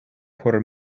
por